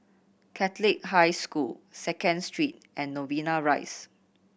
Catholic High School Second Street and Novena Rise